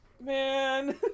man